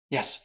Yes